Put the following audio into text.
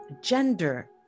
gender